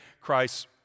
Christ